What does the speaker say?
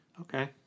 Okay